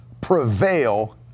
prevail